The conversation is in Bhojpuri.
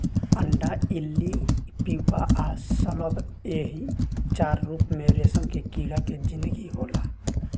अंडा इल्ली प्यूपा आ शलभ एही चार रूप में रेशम के कीड़ा के जिनगी होला